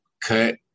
cut